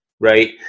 right